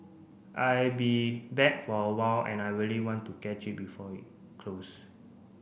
I be back for a while and I really want to catch it before it closed